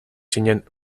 zinen